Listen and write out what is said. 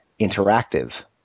interactive